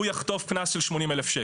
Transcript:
הוא יחטוף קנס של 80,000 שקל.